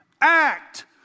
Act